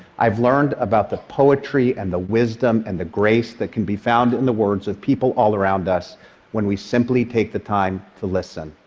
i've learned about the poetry and the wisdom and the grace that can be found in the words of people all around us when we simply take the time to listen,